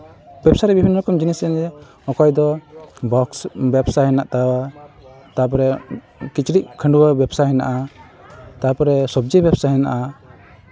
ᱵᱮᱵᱽᱥᱟ ᱨᱮᱭᱟᱜ ᱵᱤᱵᱷᱤᱱᱱᱚ ᱨᱚᱠᱚᱢ ᱡᱤᱱᱤᱥ ᱠᱟᱱ ᱜᱮᱭᱟ ᱚᱠᱚᱭ ᱫᱚ ᱵᱮᱵᱽᱥᱟ ᱦᱮᱱᱟᱜ ᱛᱟᱭᱟ ᱛᱟᱨᱯᱚᱨᱮ ᱠᱤᱪᱨᱤᱡ ᱠᱷᱟᱺᱰᱩᱣᱟᱹᱜ ᱵᱮᱵᱽᱥᱟ ᱦᱮᱱᱟᱜᱼᱟ ᱛᱟᱨᱯᱚᱨᱮ ᱥᱚᱵᱽᱡᱤ ᱵᱮᱵᱽᱥᱟ ᱦᱮᱱᱟᱜᱼᱟ